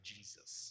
Jesus